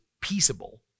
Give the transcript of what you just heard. peaceable